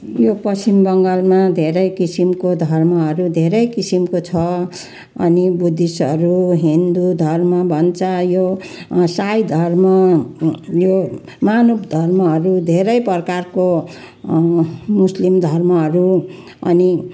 यो पश्चिम बङ्गालमा धेरै किसिमको धर्महरू धेरै किसिमको छ अनि बुद्धिस्टहरू हिन्दू धर्म भन्छ यो साई धर्म यो मानव धर्महरू धेरै प्रकारको मुस्लिम धर्महरू अनि